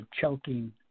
choking